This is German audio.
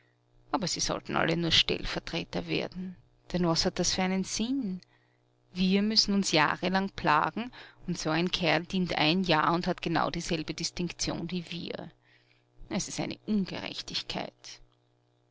aber sie sollten alle nur stellvertreter werden denn was hat das für einen sinn wir müssen uns jahrelang plagen und so ein kerl dient ein jahr und hat genau dieselbe distinktion wie wir es ist eine ungerechtigkeit